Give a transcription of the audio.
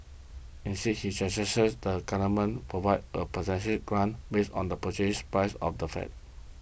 instead he that the Government Provide a percentage grant based on the Purchase Price of the flat